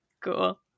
Cool